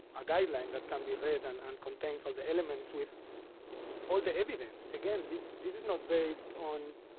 a guideline that can be read and and contains all the elements with all the evidence. again, this this is not based on